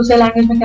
language